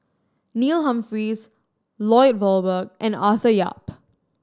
Neil Humphreys Lloyd Valberg and Arthur Yap